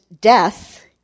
death